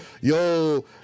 yo